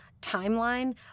timeline